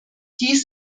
dies